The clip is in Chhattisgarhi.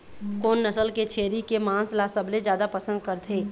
कोन नसल के छेरी के मांस ला सबले जादा पसंद करथे?